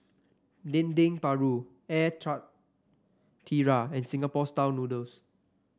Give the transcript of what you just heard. Dendeng Paru Air Karthira and Singapore style noodles